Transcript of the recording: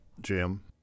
Jim